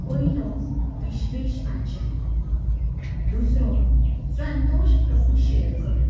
पयलो विश्वेश आचार्य दुसरो संतोश प्रभू शेळकर